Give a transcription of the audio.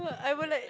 I would like